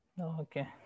Okay